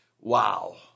Wow